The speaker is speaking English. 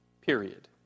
period